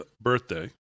birthday